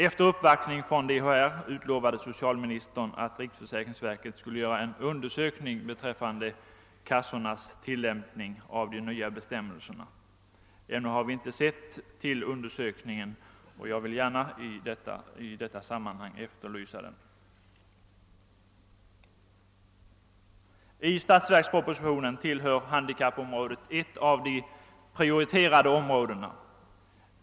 Efter uppvaktning från DHR utlovade socialministern att riksförsäkringsverket skulle göra en undersökning beträffande kassornas tillämpning av de nya bestämmelserna. Ännu har vi inte sett till undersökningen, och jag vill gärna i detta sammanhang efterlysa den. I statsverkspropositionen tillhör handikappområdet ett av de prioriterade områdena.